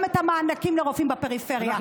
גם את המענקים לרופאים בפריפריה.